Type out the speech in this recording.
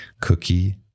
Cookie